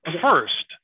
first